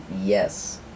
yes